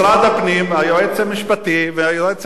היועץ המשפטי והיועץ המשפטי של משרד